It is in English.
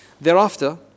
Thereafter